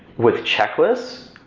with checklist,